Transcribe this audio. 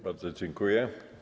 Bardzo dziękuję.